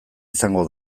izango